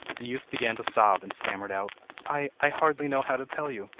the youth began to sob, and stammered out i i hardly know how to tell you!